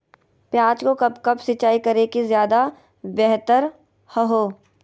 प्याज को कब कब सिंचाई करे कि ज्यादा व्यहतर हहो?